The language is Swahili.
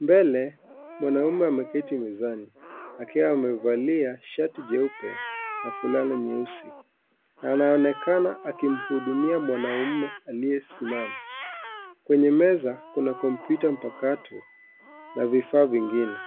mbele mwanaume ameketi mezani akiwa amevalia shati jeupe na fulana nyeusi anaonekana akimhudumia mwanaume aliyesimama. Kwenye meza kuna kompyuta mpakato na vifaa vingine.